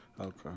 okay